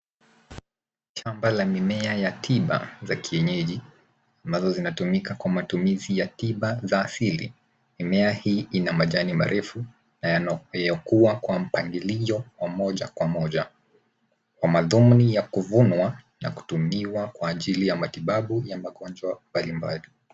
Shamba la mimea ya tiba za kienyeji ambazo zinatumika kwa matumizi ya tiba za asili. Mimea hii ina majani marefu na yanayokua kwa mpangilio wa moja kwa moja kwa madhumuni ya kuvunwa na kutumiwa kwa ajili ya matibabu ya magonjwa mbalimbali.